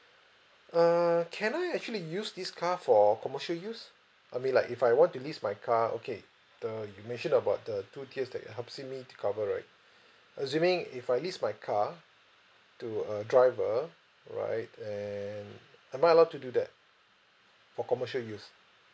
err can I actually use this car for commercial use I mean like if I want to lease my car okay the you mentioned about the two tiers that it helps me to cover right assuming if I lease my car to a driver right and am I allowed to do that for commercial use